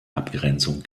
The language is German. abgrenzung